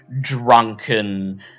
drunken